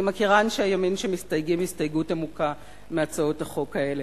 אני מכירה אנשי ימין שמסתייגים הסתייגות עמוקה מהצעות החוק האלה.